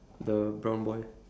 the brown boy